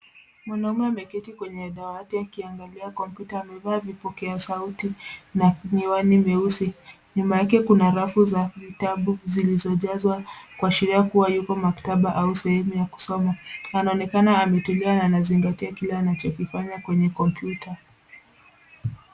Mwanaume ameketi kwenye dawati akiangalia kompyuta amevaa vipokea sauti na miwani meusi, nyuma yake kuna rafu za vitabu zilizojanzwa kuashiria kuwa yuko maktaba au sehemu ya kusoma. Anaonekana kutulia na amezingatia kile anachokifanya kwenye kompyuta.